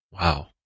Wow